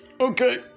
Okay